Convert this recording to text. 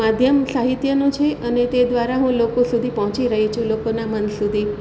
માધ્યમ સાહિત્યનું છે અને તે દ્વારા હું લોકો સુધી પહોંચી રહી છું લોકોનાં મન સુધી